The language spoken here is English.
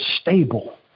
stable